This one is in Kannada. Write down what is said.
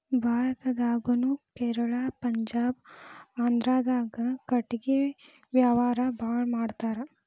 ಭಾರತದಾಗುನು ಕೇರಳಾ ಪಂಜಾಬ ಆಂದ್ರಾದಾಗ ಕಟಗಿ ವ್ಯಾವಾರಾ ಬಾಳ ಮಾಡತಾರ